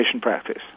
practice